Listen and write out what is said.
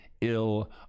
ill